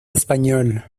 español